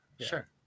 Sure